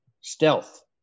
stealth